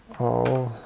oh,